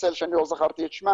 להצליב נתונים,